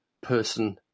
person